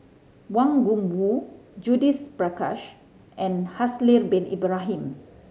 Wang Gungwu Judith Prakash and Haslir Bin Ibrahim